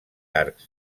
arcs